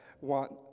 want